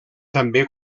també